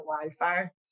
wildfire